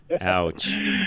Ouch